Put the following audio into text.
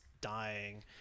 dying